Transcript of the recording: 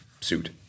suit